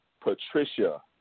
Patricia